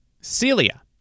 Celia